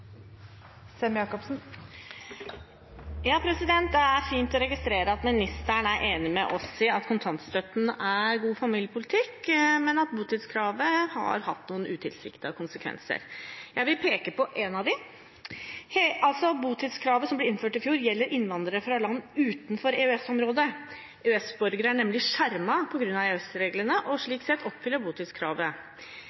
fint å registrere at ministeren er enig med oss i at kontantstøtten er god familiepolitikk, men også at botidskravet har hatt noen utilsiktede konsekvenser. Jeg vil peke på en av dem. Botidskravet, som ble innført i fjor, gjelder innvandrere fra land utenfor EØS-området. EØS-borgere er nemlig skjermet på grunn av EØS-reglene og